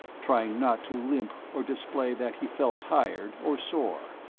trying not to limp or display that he felt tired or sore.